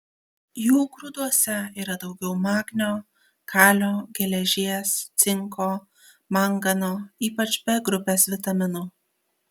jų grūduose yra daugiau magnio kalio geležies cinko mangano ypač b grupės vitaminų